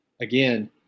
Again